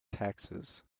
taxes